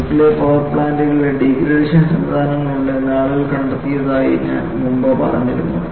nuclear power പ്ലാന്റുകളിൽ degradation സംവിധാനങ്ങളുണ്ട് എന്ന് ആളുകൾ കണ്ടെത്തിയതായി ഞാൻ മുൻപ് പറഞ്ഞിരുന്നു